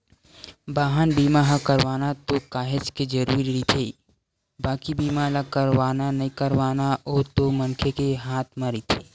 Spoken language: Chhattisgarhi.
बाहन बीमा ह करवाना तो काहेच के जरुरी रहिथे बाकी बीमा ल करवाना नइ करवाना ओ तो मनखे के हात म रहिथे